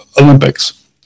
Olympics